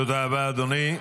תודה רבה, אדוני.